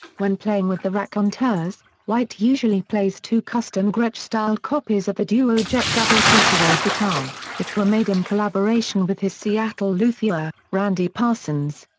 when playing with the raconteurs, white usually plays two custom gretsch-styled copies of the duo jet double-cutaway guitar, which were made in collaboration with his seattle luthier, randy parsons.